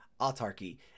autarky